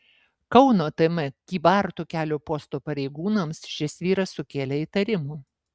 kauno tm kybartų kelio posto pareigūnams šis vyras sukėlė įtarimų